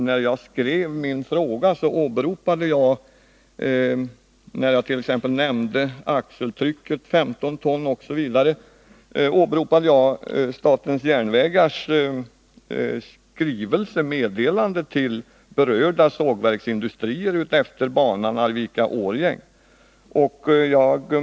När jag skrev min fråga och t.ex. nämnde axeltrycket 15 ton åberopade jag ett meddelande från statens järnvägar till berörda sågverksindustrier utefter banan Arvika-Årjäng.